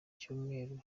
cyumweru